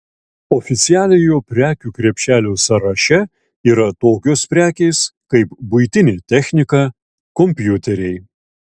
oficialiojo prekių krepšelio sąraše yra tokios prekės kaip buitinė technika kompiuteriai